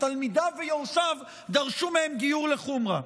ותלמידיו ויורשיו דרשו מהם גיור לחומרה,